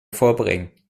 vorbringen